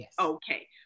Okay